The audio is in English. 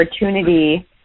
opportunity